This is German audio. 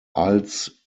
als